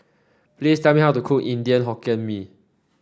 please tell me how to cook Indian Mee Goreng